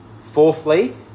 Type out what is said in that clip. Fourthly